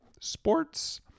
sports